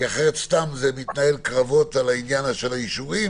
אחרת סתם יתנהלו קרבות על העניין של האישורים,